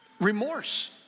remorse